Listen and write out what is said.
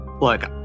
look